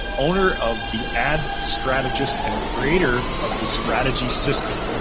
owner of the ad strategist and creator of the strategy system.